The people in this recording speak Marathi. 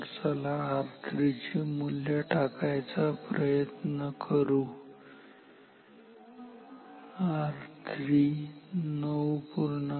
तर चला R3 चे मूल्य टाकायचा प्रयत्न करू R3 9